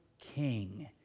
King